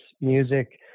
music